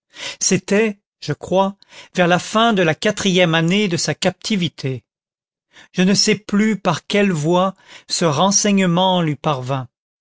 c'était je crois vers la fin de la quatrième année de sa captivité je ne sais plus par quelle voie ce renseignement lui parvint